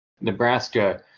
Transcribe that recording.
Nebraska